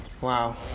Wow